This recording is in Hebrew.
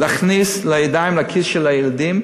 להכניס ידיים לכיס של הילדים.